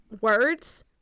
words